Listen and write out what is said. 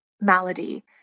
malady